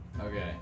okay